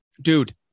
Dude